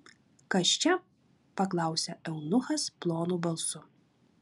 kas čia paklausė eunuchas plonu balsu